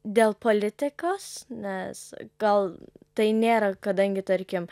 dėl politikos nes gal tai nėra kadangi tarkim